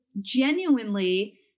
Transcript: genuinely